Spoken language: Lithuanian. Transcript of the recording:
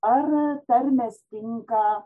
ar tarmės tinka